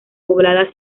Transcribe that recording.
poblada